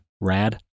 rad